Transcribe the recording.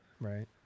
Right